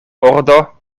ordo